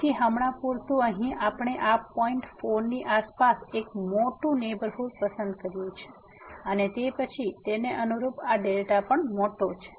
તેથી હમણાં પૂરતું અહીં આપણે આ પોઈન્ટ 4 ની આસપાસ એક મોટું નેહબરહુડ પસંદ કર્યું છે અને તે પછી તેને અનુરૂપ આ δ પણ મોટો છે